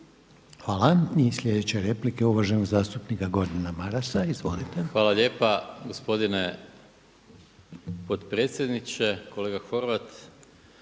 Hvala. I sljedeća replika je uvaženog zastupnika Gordana Marasa. Izvolite. **Maras, Gordan (SDP)** Hvala lijepa gospodine potpredsjedniče. Kolega Horvat